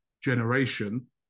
generation